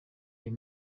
ayo